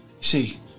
see